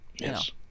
yes